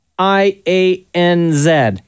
I-A-N-Z